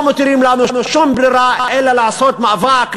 לא מותירים לנו שום ברירה אלא לעשות מאבק,